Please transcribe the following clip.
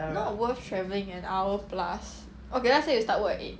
not worth travelling an hour plus okay let's say you start work at eight